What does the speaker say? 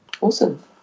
Awesome